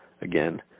again